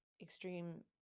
extreme